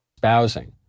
Spousing